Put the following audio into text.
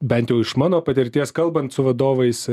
bent jau iš mano patirties kalbant su vadovais